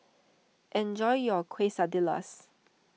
enjoy your Quesadillas